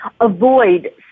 Avoid